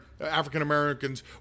African-Americans